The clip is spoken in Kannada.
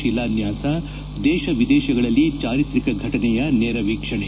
ಶಿಲಾನ್ಯಾಸ ದೇಶ ವಿದೇಶಗಳಲ್ಲಿ ಜಾರಿತ್ರಿಕ ಘಟನೆಯ ನೇರವೀಕ್ಷಣೆ